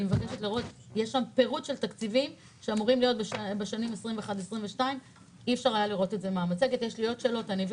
בתוכנית יש פירוט תקציבי שלא ראינו במצגת, תודה